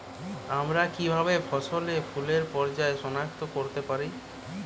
আমরা কিভাবে ফসলে ফুলের পর্যায় সনাক্ত করতে পারি?